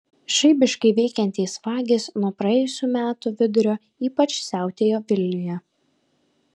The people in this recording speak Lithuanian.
žaibiškai veikiantys vagys nuo praėjusių metų vidurio ypač siautėjo vilniuje